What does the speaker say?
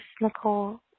nicole